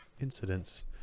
incidents